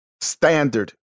standard